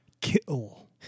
kill